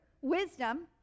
wisdom